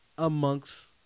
amongst